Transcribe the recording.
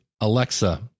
Alexa